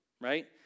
Right